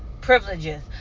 privileges